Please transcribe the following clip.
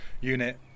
Unit